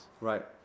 right